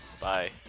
Bye